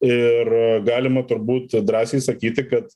ir galima turbūt drąsiai sakyti kad